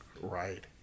Right